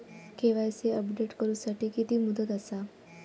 KYC update करू साठी किती मुदत आसा?